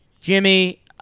Jimmy